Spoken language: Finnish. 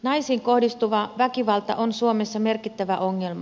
naisiin kohdistuva väkivalta on suomessa merkittävä ongelma